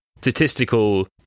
Statistical